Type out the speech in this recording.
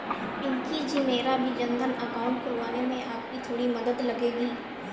पिंकी जी मेरा भी जनधन अकाउंट खुलवाने में आपकी थोड़ी मदद लगेगी